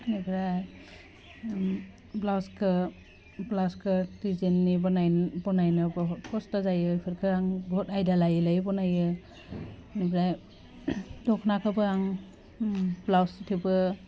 बेनिफ्राय ब्लाउसखो ब्लाउसखो डिजेन्डनि बानायनो बहुत खस्थ' जायो बेफोरखो आं बहुत आयदा लायै लायै बानायो ओमफ्राय दख'नाखौबो आं ब्लाउस थेबो